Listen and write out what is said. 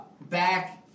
back